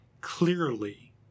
clearly